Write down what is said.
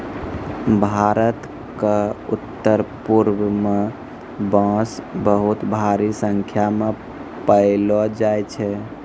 भारत क उत्तरपूर्व म बांस बहुत भारी संख्या म पयलो जाय छै